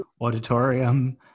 auditorium